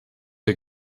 der